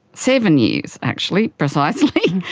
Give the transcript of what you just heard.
seven years actually precisely,